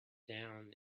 down